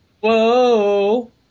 Whoa